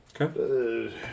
Okay